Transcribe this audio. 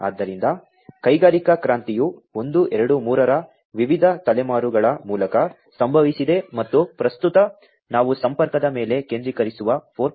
ಆದ್ದರಿಂದ ಕೈಗಾರಿಕಾ ಕ್ರಾಂತಿಯು 1 2 3 ರ ವಿವಿಧ ತಲೆಮಾರುಗಳ ಮೂಲಕ ಸಂಭವಿಸಿದೆ ಮತ್ತು ಪ್ರಸ್ತುತ ನಾವು ಸಂಪರ್ಕದ ಮೇಲೆ ಕೇಂದ್ರೀಕರಿಸುವ 4